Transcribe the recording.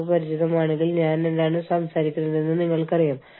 നിങ്ങൾ എപ്പോഴും മറ്റൊരു വ്യക്തിയുടെ സംഭാവന അംഗീകരിക്കണം